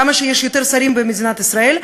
כמה שיש יותר שרים במדינת ישראל,